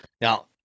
Now